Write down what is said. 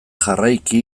jarraiki